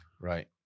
Right